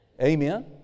Amen